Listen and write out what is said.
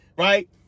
Right